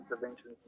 interventions